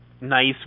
nice